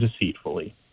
deceitfully